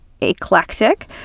eclectic